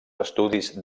estudis